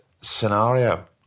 scenario